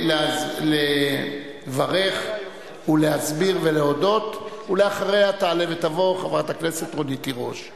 לסטודנטים ולסטודנטיות עקב טיפולי פוריות,